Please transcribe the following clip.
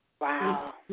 Wow